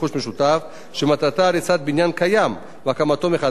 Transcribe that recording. שמטרתה הריסת בניין קיים והקמתו מחדש לפי תוכנית החיזוק,